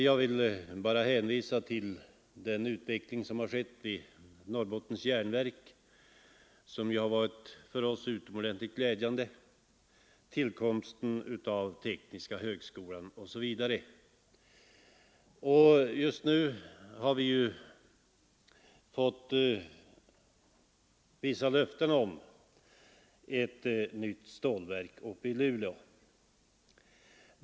Jag vill bara hänvisa till den för oss utomordentligt glädjande utvecklingen vid Norrbottens Järnverk, tillkomsten av tekniska högskolan osv. Och just nu har vi fått vissa löften om ett nytt stålverk i Luleå.